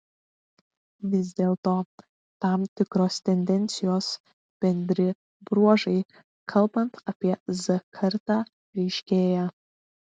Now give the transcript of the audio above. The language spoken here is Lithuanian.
vis dėlto tam tikros tendencijos bendri bruožai kalbant apie z kartą ryškėja